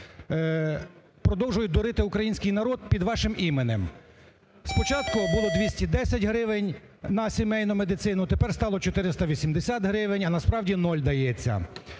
Продовжують дурити український народ під вашим іменем. Спочатку було 210 гривень на сімейну медицину, тепер стало 480 гривень, а насправді нуль дається.